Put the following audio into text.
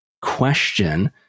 question